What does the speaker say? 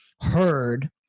heard